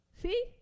See